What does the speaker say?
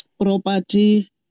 property